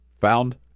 found